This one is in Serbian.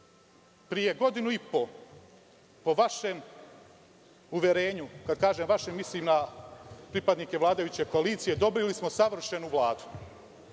Srbije. Pre godinu i po, po vašem uverenju, kada kažem vašem mislim na pripadnike vladajuće koalicije, dobili smo savršenu Vladu.